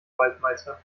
waldmeister